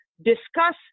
discuss